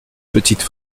petite